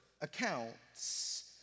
accounts